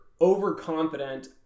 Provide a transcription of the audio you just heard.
overconfident